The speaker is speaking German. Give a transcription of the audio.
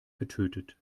getötet